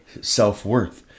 self-worth